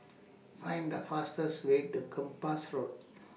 Find The fastest Way to Kempas Road